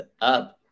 up